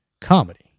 comedy